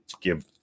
give